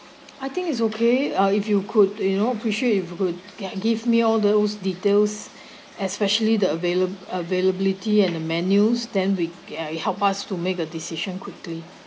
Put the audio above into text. I think it's okay uh if you could you know appreciate if you could can give me all those details especially the avail~ availability and the menus then we ya it help us to make a decision quickly